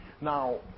now